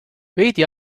veidi